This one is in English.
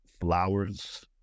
flowers